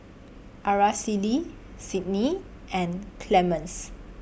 Aracely Cydney and Clemens